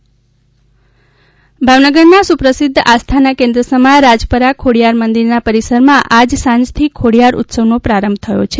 ખોડીયાર મહોત્સવ ભાવનગરના સુપ્રસિદ્ધ આસ્થાના કેન્દ્ર સમા રાજપરા ખોડીયાર મંદિરના પરીસરમાં આજ સાંજથી ખોડીયાર ઉત્સવનો પ્રારંભ થયો હતો